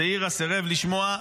זעירא סירב לשמוע.